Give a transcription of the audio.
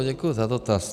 Děkuji za dotaz.